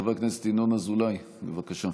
חבר הכנסת ינון אזולאי, בבקשה.